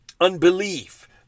unbelief